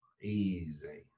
Easy